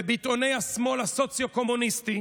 בביטאוני השמאל הסוציו-קומוניסטי,